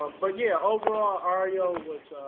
um but yeah, overall our yo was,